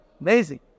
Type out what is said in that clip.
Amazing